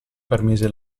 permise